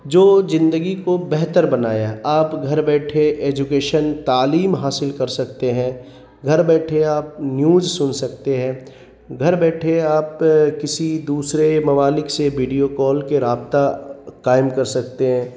جو زندگی کو بہتر بنایا آپ گھر بیٹھے ایجوکیشن تعلیم حاصل کر سکتے ہیں گھر بیٹھے آپ نیوز سن سکتے ہیں گھر بیٹھے آپ کسی دوسرے ممالک سے ویڈیو کال کے رابطہ کائم کر سکتے ہیں